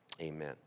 amen